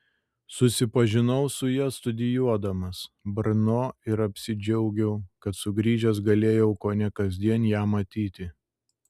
susipažinau su ja studijuodamas brno ir apsidžiaugiau kad sugrįžęs galėjau kone kasdien ją matyti